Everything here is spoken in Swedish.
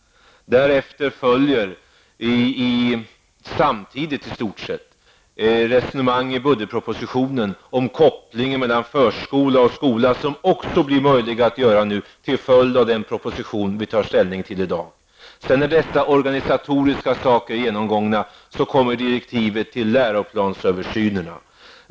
Därefter, i stort sett samtidigt, följer ett resonemang i budgetpropositionen om kopplingen mellan förskola och skola som också blir möjlig att genomföra till följd av den proposition vi tar ställning till i dag. När de organisatoriska sakerna är genomgångna kommer direktivet till läroplansöversynerna.